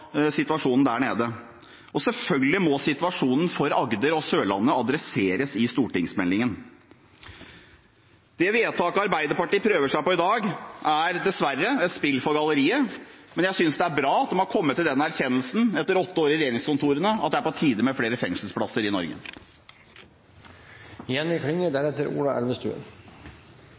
situasjonen der, og selvfølgelig må situasjonen for Agder og Sørlandet adresseres i stortingsmeldingen. Det vedtaket Arbeiderpartiet prøver seg på i dag, er dessverre et spill for galleriet, men jeg synes det er bra at de etter åtte år i regjeringskontorene har kommet til den erkjennelsen at det er på tide med flere fengselsplasser i